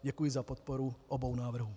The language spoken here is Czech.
Děkuji za podporu obou návrhů.